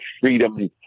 freedom